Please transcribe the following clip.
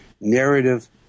narrative